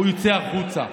הוא יוצא החוצה,